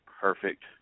perfect